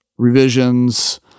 revisions